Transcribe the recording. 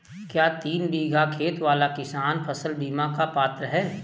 क्या तीन बीघा खेत वाला किसान फसल बीमा का पात्र हैं?